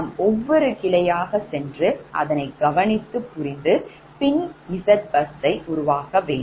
நான் ஒவ்வொரு கிளையாக சென்று அதனை கவனித்து புரிந்துபின் Zbusனை உருவாக்க வேண்டும்